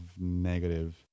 negative